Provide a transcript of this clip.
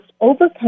overcome